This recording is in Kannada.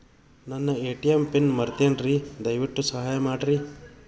ನನ್ನ ಎ.ಟಿ.ಎಂ ಪಿನ್ ಮರೆತೇನ್ರೀ, ದಯವಿಟ್ಟು ಸಹಾಯ ಮಾಡ್ರಿ